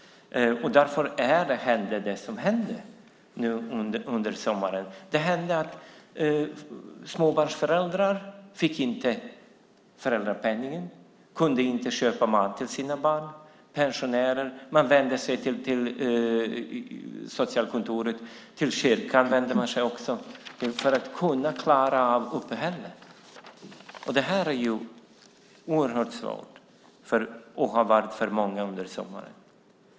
Därför händer sådant som hände under sommaren: att småbarnsföräldrar inte fick föräldrapenning och därför inte kunde köpa mat till sina barn. Pensionärer vände sig till socialkontoret och kyrkan för att kunna klara sitt uppehälle. Detta har varit oerhört svårt för många under sommaren.